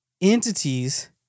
entities